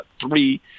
three